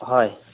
হয়